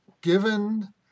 given